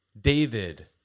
David